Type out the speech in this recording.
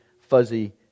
fuzzy